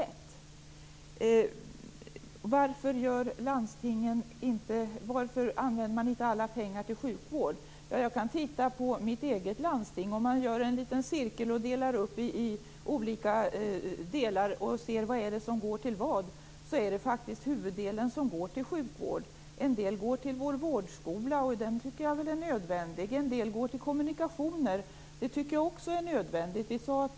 Varför använder inte landstingen alla pengar till sjukvård? Jag kan titta på mitt eget hemlandsting. Om man gör en liten cirkel, delar upp i olika delar och ser vad det är som går till vad, går faktiskt huvuddelen till sjukvård. En del går till vår vårdskola, och den tycker jag väl är nödvändig. En del går till kommunikationer. Det tycker jag också är nödvändigt.